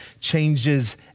changes